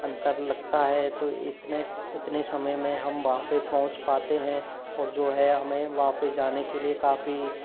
अंतर लगता है तो इतने इतने समय में हम वहाँ पे पहुँच पाते हैं और जो है हमें वहाँ पे जाने के लिए काफ़ी